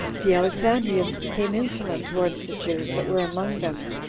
the alexandrians became insolent towards the jews that were among them,